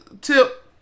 Tip